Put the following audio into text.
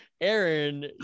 Aaron